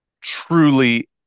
Truly